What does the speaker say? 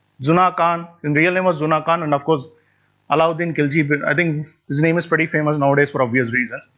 juna khan, his and real name was juna khan and of course alauddin khilji, but i think his name is pretty famous nowadays for obvious reasons.